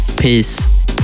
Peace